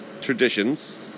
traditions